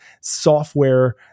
software